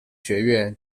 学院